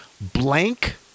Blank